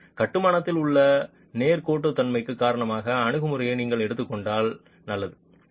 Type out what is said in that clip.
மேலும் கட்டுமானத்தில் உள்ள நேர்கோட்டுத்தன்மைக்கு காரணமான அணுகுமுறையை நீங்கள் எடுத்துக் கொண்டால் நல்லது